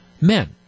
men